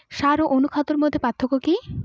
সার ও অনুখাদ্যের মধ্যে পার্থক্য কি?